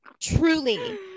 Truly